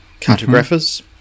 Cartographers